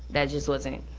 that just wasn't.